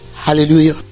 hallelujah